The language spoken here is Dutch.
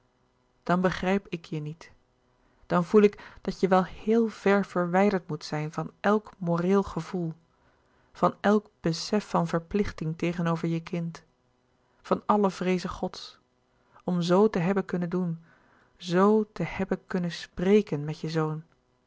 dan begrijp ik je niet dan voel ik dat je wel heel ver verwijlouis couperus de boeken der kleine zielen derd moet zijn van elk moreel gevoel van elk besef van verplichting tegenover je kind van alle vreeze gods om zoo te hebben kunnen doen zoo te hebben kunnen spreken met je zoon